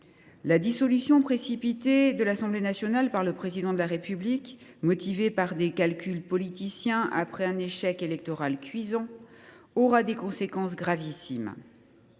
La dissolution précipitée de l’Assemblée nationale par le Président de la République, motivée par des calculs politiciens après un échec électoral cuisant, aura des conséquences gravissimes.